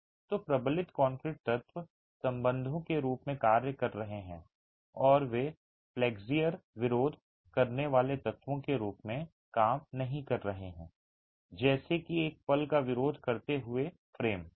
तो प्रबलित कंक्रीट तत्व संबंधों के रूप में कार्य कर रहे हैं और वे फ्लेक्सियर विरोध करने वाले तत्वों के रूप में काम नहीं कर रहे हैं जैसे कि एक पल का विरोध करते हुए फ्रेम